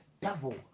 devil